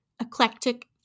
eclectic